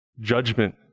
judgment